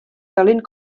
talent